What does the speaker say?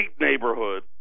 neighborhood